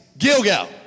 Gilgal